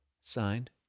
Signed